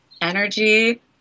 energy